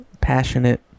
passionate